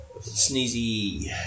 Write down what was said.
sneezy